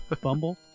Bumble